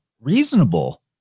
reasonable